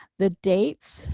the dates.